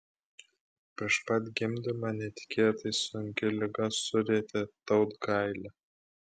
prieš pat gimdymą netikėtai sunki liga surietė tautgailę